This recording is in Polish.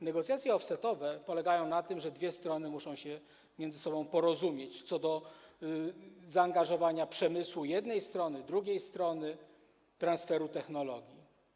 Negocjacje offsetowe polegają na tym, że dwie strony muszą się między sobą porozumieć co do zaangażowania przemysłu jednej strony, drugiej strony, transferu technologii.